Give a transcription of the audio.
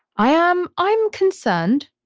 i am. i'm concerned.